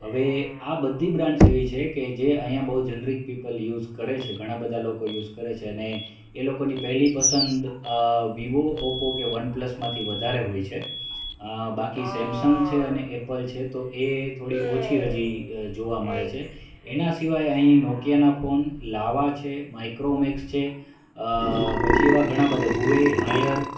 હવે આ બધી બ્રાન્ડસ એવી છે કે જે અહીંયા બોઉ જનરીક પીપલ યુઝ કરે છે ઘણા બધા લોકો યુઝ કરે છે અને એ લોકોની પહેલી પસંદ વિવો ઓપ્પો કે વન પ્લસમાંથી વધારે હોય છે બાકી સેમસંગ છે અને એપલ છે તો એ થોડી હજી જોવા મળે છે એના સિવાય અહી નોકીયાના ફોન લાવવા છે માઇક્રોમેક્સ છે પછી એવા ઘણા બધા હુવે હાયર